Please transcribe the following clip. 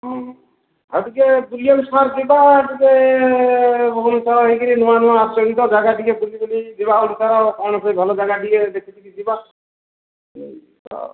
ହଁ ଆଉ ଟିକେ ବୁଲିବାକୁ ସାର୍ ଯିବା ଟିକେ ଭୁବନେଶ୍ଵର ହେଇକିରି ନୂଆ ନୂଆ ଆସିଛେ ତ ଜାଗା ଟିକେ ବୁଲି ବୁଲି ଯିବା ଓଡ଼ିଶାର କ'ଣ ଟିକେ ଭଲ ଜାଗା ଟିକେ ଦେଖିକିରି ଯିବା ଏଇତ